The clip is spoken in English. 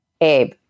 Abe